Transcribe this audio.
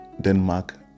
Denmark